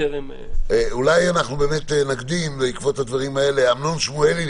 אולי נקדים בעקבות הדברים האלה אמנון שמואלי,